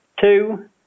two